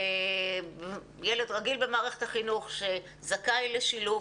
ילד רגיל במערכת החינוך שזכאי לשילוב